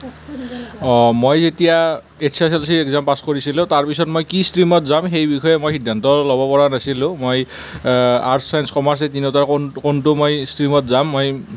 অ মই যেতিয়া H S L C exam pass কৰিছিলোঁ তাৰপিছত মই কি ষ্ট্ৰিমত যাম সেই বিষয়ে মই সিদ্ধান্ত ল'ব পৰা নাছিলোঁ মই আৰ্টচ ছাইঞ্চ কমাৰ্ছ এই তিনিটাৰ কোনটো মই ষ্ট্ৰিমত যাম মই